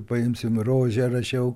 paimsim rožę rašiau